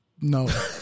no